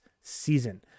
season